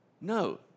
No